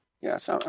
Yes